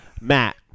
Matt